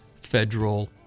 federal